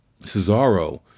Cesaro